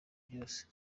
byose